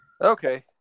Okay